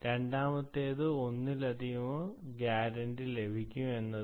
രണ്ടാമത്തേത് ഒന്നോ അതിലധികമോ ഗ്യാരണ്ടി ലഭിക്കും എന്നത്